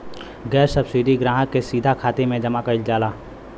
gas subsidy ग्राहक के सीधा खाते में जमा करल जाला